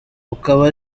bukaba